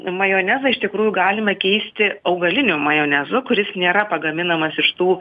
majonezą iš tikrųjų galime keisti augaliniu majonezu kuris nėra pagaminamas iš tų